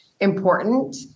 Important